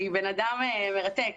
היא בן אדם מרתק.